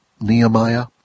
Nehemiah